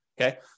Okay